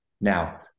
Now